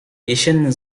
jesienny